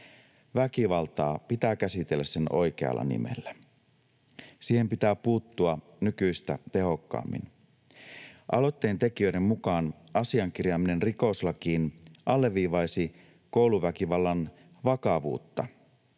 Väkivaltaa pitää käsitellä sen oikealla nimellä. Siihen pitää puuttua nykyistä tehokkaammin. Aloitteen tekijöiden mukaan asian kirjaaminen rikoslakiin alleviivaisi kouluväkivallan vakavuutta.